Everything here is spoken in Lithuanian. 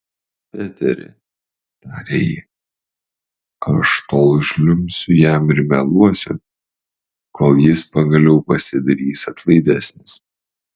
peteri tarė ji aš tol žliumbsiu jam ir meluosiu kol jis pagaliau pasidarys atlaidesnis